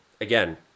again